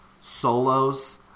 solos